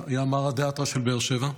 היה מרא דאתרא של באר שבע,